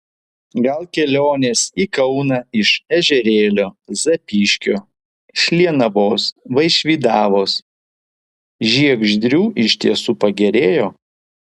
gal kelionės į kauną iš ežerėlio zapyškio šlienavos vaišvydavos žiegždrių iš tiesų pagerėjo